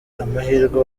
amahirwe